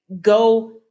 go